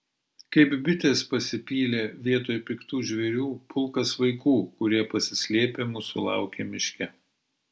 kaip bitės pasipylė vietoj piktų žvėrių pulkas vaikų kurie pasislėpę mūsų laukė miške